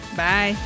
Bye